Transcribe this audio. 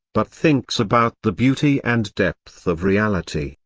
but thinks about the beauty and depth of reality,